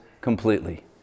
completely